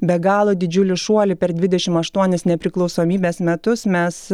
be galo didžiulį šuolį per dvidešimt aštuonis nepriklausomybės metus mes